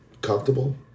comfortable